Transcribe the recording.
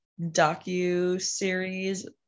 docu-series